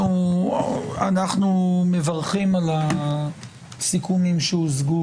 אנחנו מברכים על הסיכומים שהושגו,